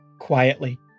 quietly